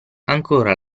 ancora